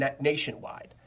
nationwide